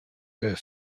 her